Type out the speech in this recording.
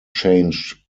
changed